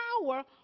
power